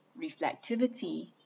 reflectivity